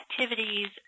activities